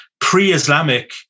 pre-Islamic